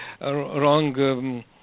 wrong